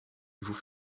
vous